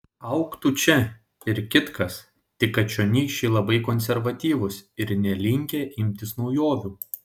augtų čia ir kitkas tik kad čionykščiai labai konservatyvūs ir nelinkę imtis naujovių